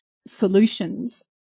solutions